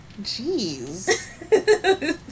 jeez